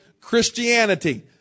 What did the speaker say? Christianity